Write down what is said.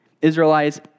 Israelites